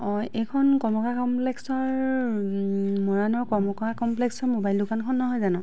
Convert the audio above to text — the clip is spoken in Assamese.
অ' এইখন কমলা কমপ্লেক্সৰ মৰাণৰ কমকা কমপ্লেক্সৰ ম'বাইল দোকানখন নহয় জানো